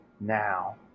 now